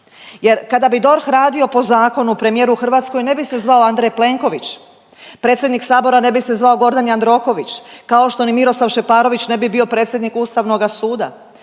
jer kada bi DORH radio po zakonu premijer u Hrvatskoj ne bi se zvao Andrej Plenković, predsjednik sabora ne bi se zvao Gordan Jandroković kao što ni Miroslav Šeparović ne bi bio predsjednik Ustavnoga suda.